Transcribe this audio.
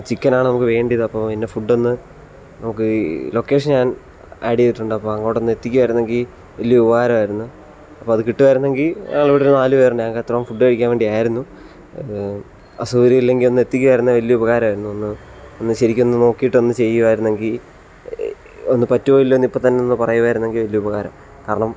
ചിക്കനാണ് നമുക്ക് വേണ്ടിയത് അപ്പോൾ ഇന്ന ഫുഡൊന്ന് നമുക്ക് ഈ ലൊക്കേഷൻ ഞാൻ ആഡ് ചെയ്തിട്ടുണ്ട് അപ്പോൾ അങ്ങോട്ടൊന്ന് എത്തിക്കുമായിരുന്നെങ്കിൽ വലിയ ഉപകാരമായിരുന്നു അപ്പോൾ അത് കിട്ടുക ആയിരുന്നെങ്കിൽ ഞങ്ങളിവിടൊരു നാല് പേരുണ്ട് ഞങ്ങൾക്ക് അത്രേം ഫുഡ് കഴിക്കാൻ വേണ്ടി ആയിരുന്നു അസൗകര്യമില്ലെങ്കിൽ ഒന്ന് എത്തിക്കുക ആയിരുന്നെ വലിയ ഉപകാരമായിരുന്നു ഒന്ന് ഒന്ന് ശരിക്കൊന്നു നോക്കീട്ട് ഒന്ന് ചെയ്യുമായിരുന്നെങ്കിൽ ഒന്ന് പറ്റുവോ ഇല്ലയോ എന്ന് ഇപ്പം തന്നൊന്ന് പറയുവാരുന്നെങ്കിൽ വലിയ ഉപകാരം കാരണം